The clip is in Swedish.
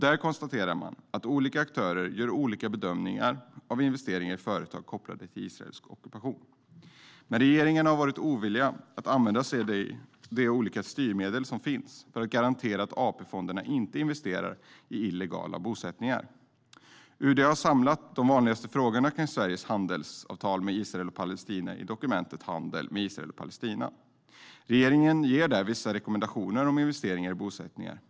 Där konstaterar man att olika aktörer gör olika bedömningar av investeringar i företag kopplade till Israels ockupation. Men regeringen har varit ovillig att använda sig av de olika styrmedel som finns för att garantera att AP-fonderna inte investerar i illegala bosättningar. UD har samlat de vanligaste frågorna om Sveriges handelsavtal med Israel och Palestina i dokumentet Handel med Israel och Palestina. Regeringen ger där vissa rekommendationer om investeringar i bosättningar.